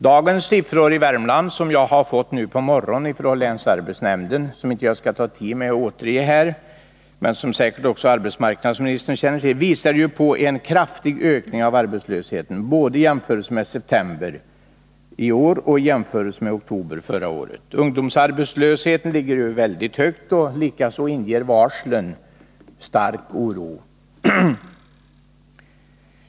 Dagens siffror på arbetslösheten i Värmland — som jag har fått nu på morgonen från länsarbetsnämnden och som säkert också arbetsmarknadsministern känner till men som jag inte skall ta upp tiden med att återge här — visar på en kraftig ökning av arbetslösheten både i jämförelse med september i år och i jämförelse med oktober förra året. Ungdomsarbetslösheten ligger ju väldigt högt, och likaså inger varslen stark oro.